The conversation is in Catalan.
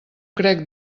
crec